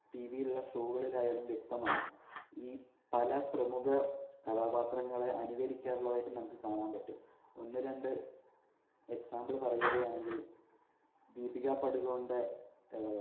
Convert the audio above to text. T വിയിലുള്ള ഷോകളിലായാലും വ്യക്തമാണ് ഈ പല പ്രമുഖ കഥാപാത്രങ്ങളെ അനുകരിക്കാറുള്ളതായിട്ട് നമുക്ക് കാണാൻ പറ്റും ഒന്നു രണ്ട് എക്സാമ്പിൾ പറയുകയാണെങ്കിൽ ദീപിക പടുക്കോണിൻ്റെ